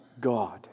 God